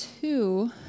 two